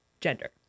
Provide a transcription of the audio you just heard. gender